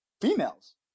females